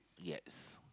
yes